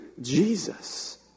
Jesus